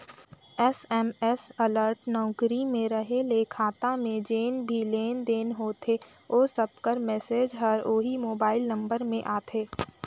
SMS alert नउकरी में रहें ले खाता में जेन भी लेन देन होथे ओ सब कर मैसेज हर ओही मोबाइल नंबर में आथे